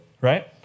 right